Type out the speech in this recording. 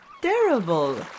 terrible